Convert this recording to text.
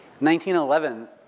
1911